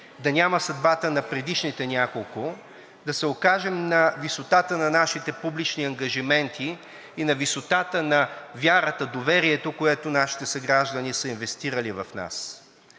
да няма съдбата на предишните няколко, а да се окажем на висотата на нашите публични ангажименти и на висотата на вярата и доверието, което нашите съграждани са инвестирали в нас.